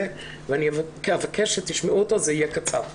ואני אבקש שתשמעו גם אותו וזה יהיה קצר.